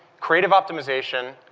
create ive optimization,